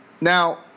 Now